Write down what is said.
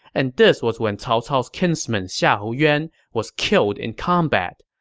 and this was when cao cao's kinsman xiahou yuan was killed in combat.